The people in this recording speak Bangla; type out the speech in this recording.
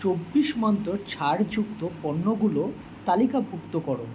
চব্বিশ মন্তর ছাড়যুক্ত পণ্যগুলো তালিকাভুক্ত করো